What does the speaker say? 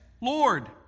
Lord